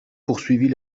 poursuivit